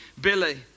Billy